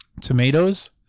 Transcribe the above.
tomatoes